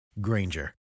Granger